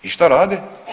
I što rade?